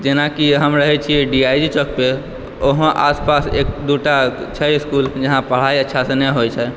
जेनाकि हम रहै छियै डीआइजी चौक पे वहाॅं आसपास एक दू टा छै इसकुल जहाँ पढाइ अच्छा सऽ नहि होइ छै